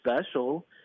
special